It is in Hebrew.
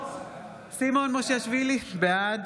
בעד